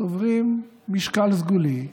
צוברים משקל סגולי,